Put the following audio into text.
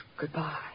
goodbye